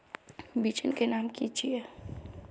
बिचन के नाम की छिये?